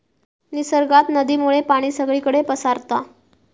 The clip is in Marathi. निसर्गात नदीमुळे पाणी सगळीकडे पसारता